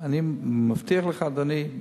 אני מבטיח לך, אדוני,